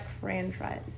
franchise